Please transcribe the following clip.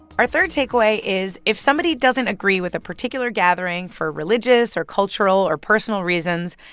our third takeaway is, if somebody doesn't agree with a particular gathering, for religious or cultural or personal reasons,